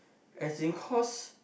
as in cause